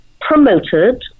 promoted